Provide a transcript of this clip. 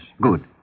Good